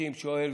לעיתים שואל